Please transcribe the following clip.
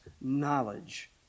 knowledge